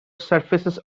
surfaces